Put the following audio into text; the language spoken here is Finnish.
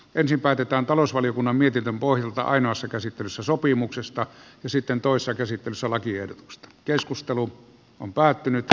ensin päätetään talousvaliokunnan mietinnön pohjalta ainoassa käsittelyssä sopimuksesta ja sitten toisessa käsittelyssä lakiehdotukset keskustelu on päättynyt